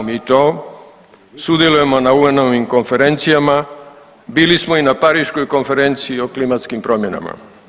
Znamo mi to sudjelujemo na UN-ovim konferencijama bili smo i na pariškoj konferenciji o klimatskim promjenama.